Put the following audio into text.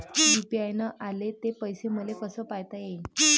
UPI न आले ते पैसे मले कसे पायता येईन?